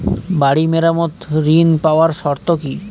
বাড়ি মেরামত ঋন পাবার শর্ত কি?